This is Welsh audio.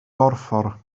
borffor